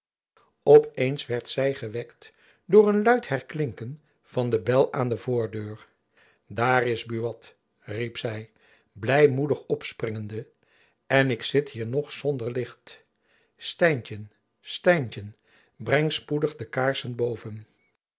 op eens werd zy gewekt door een luid herklinken van den bel aan de voordeur daar is buat riep zy blijmoedig opspringende en ik zit hier nog zonder licht stijntjen stijntjen breng spoedig de kaarsen boven